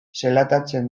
zelatatzen